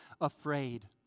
afraid